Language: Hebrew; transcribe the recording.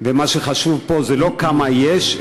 מה שחשוב פה זה לא כמה יש,